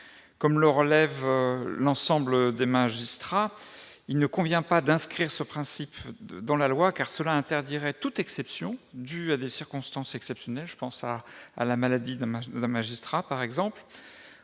Comme le relèvent l'ensemble des magistrats, il ne convient pas d'inscrire ce principe dans la loi, car cela interdirait toute exception due à des circonstances particulières, comme une maladie, par exemple.